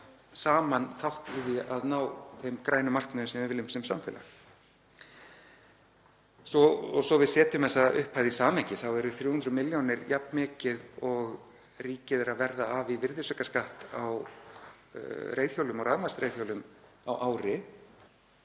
saman þátt í því að ná þeim grænu markmiðum sem við viljum ná sem samfélag. Svo að við setjum þessar upphæðir í samhengi þá eru 300 millj. kr. jafn mikið og ríkið er að verða af í virðisaukaskatti á reiðhjólum og rafmagnsreiðhjólum á ári